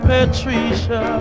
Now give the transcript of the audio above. Patricia